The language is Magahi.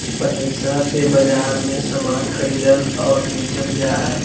पैसा से बाजार मे समान खरीदल और बेचल जा हय